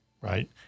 right